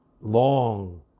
long